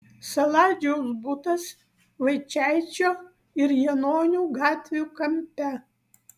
saladžiaus butas vaičaičio ir janonių gatvių kampe